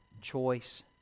choice